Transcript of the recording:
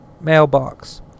mailbox